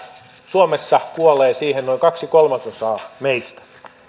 suomessa kuolee noin kaksi kolmasosaa meistä